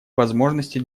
возможности